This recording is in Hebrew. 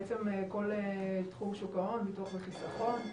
כל תחום שוק ההון, ביטוח וחיסכון.